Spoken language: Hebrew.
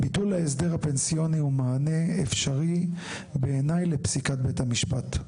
ביטול ההסדר הפנסיוני הוא מענה אפשרי בעיניי לפסיקת בית המשפט.